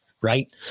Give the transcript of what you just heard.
right